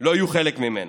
לא יהיו חלק ממנה,